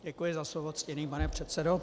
Děkuji za slovo, ctěný pane předsedo.